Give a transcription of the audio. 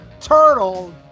turtle